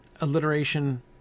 alliteration